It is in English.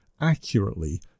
accurately